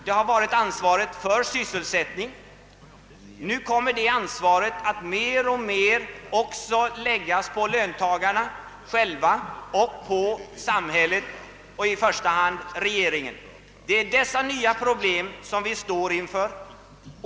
De har haft ansvar för sysselsättningen. Nu kommer det ansvaret att mer och mer läggas på löntagarna själva och på samhället och i första hand på regeringen. Det är detta nya som vi står inför.